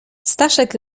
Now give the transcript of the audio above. staszek